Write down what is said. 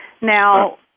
Now